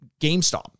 gamestop